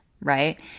right